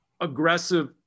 aggressive